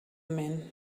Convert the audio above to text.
men